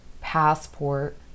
passport